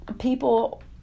people